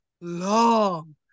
long